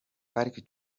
park